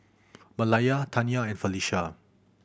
Malaya Tanya and Felisha